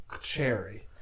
cherry